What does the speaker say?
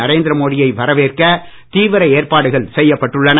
நரேந்திர மோடியை வரவேற்க தீவிர ஏற்பாடுகள் செய்யப்பட்டுள்ளன